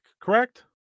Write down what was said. Correct